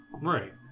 Right